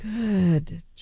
Good